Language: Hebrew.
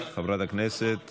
חברת הכנסת